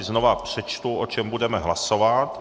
Znovu přečtu, o čem budeme hlasovat.